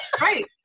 Right